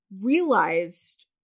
Realized